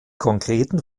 konkreten